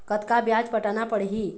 कतका ब्याज पटाना पड़ही?